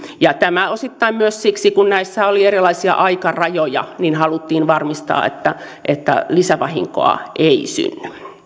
ja tämä osittain myös siksi että kun näissä oli erilaisia aikarajoja niin haluttiin varmistaa että että lisävahinkoa ei